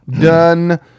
Done